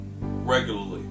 regularly